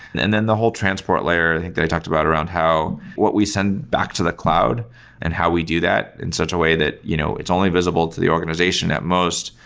and and then the whole transport layer i think that i talked about around how what we send back to the cloud and how we do that in such a way that you know it's only visible to the organization at most,